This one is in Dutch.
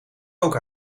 ook